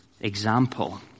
example